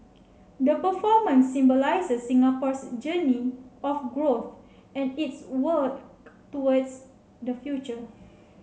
the performance symbolises Singapore's journey of growth and its work towards the future